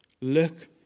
look